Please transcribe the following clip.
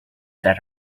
that